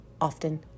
often